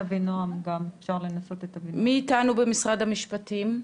מי איתנו במשרד המשפטים?